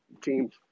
teams